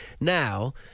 Now